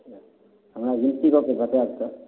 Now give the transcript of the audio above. हँ ई की बताएब तऽ